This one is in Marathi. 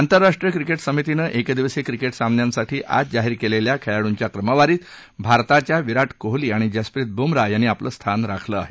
आंतरराष्ट्रीय क्रिकेट समितीनं एकदिवसीय क्रिकेट सामन्यांसाठी आज जाहीर केलेल्या खेळाडूंच्या क्रमवारीत भारताच्या विराट कोहली आणि जसप्रीत बुमराह यांनी आपलं स्थान राखलं आहे